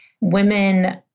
women